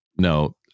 no